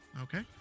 Okay